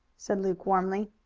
said luke warmly.